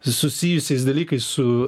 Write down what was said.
susijusiais dalykais su